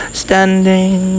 standing